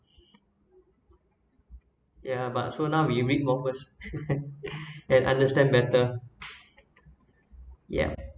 yeah but so now we read more first and understand better yeah